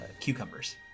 cucumbers